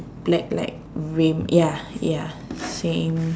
black like rim ya ya same